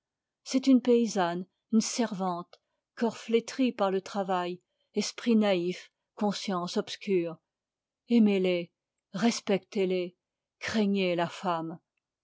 c'est une paysanne une servante corps flétri par le travail esprit naïf conscience obscure aimez les respectez-les craignez la femme